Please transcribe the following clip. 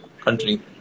country